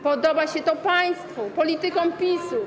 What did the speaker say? Podoba się to państwu, politykom PiS-u.